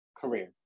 career